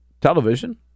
television